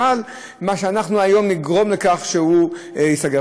מאשר שאנחנו היום נגרום לכך שהוא ייסגר.